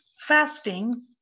fasting